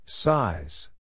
Size